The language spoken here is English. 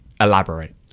Elaborate